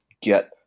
get